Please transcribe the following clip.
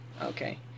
Okay